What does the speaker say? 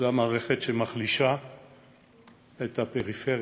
זו מערכת שמחלישה את הפריפריה.